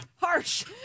Harsh